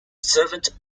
servant